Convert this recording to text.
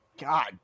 God